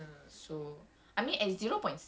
yes and loncat-loncat